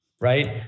Right